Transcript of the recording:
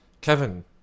Kevin